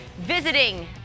visiting